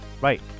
Right